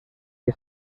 que